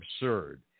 absurd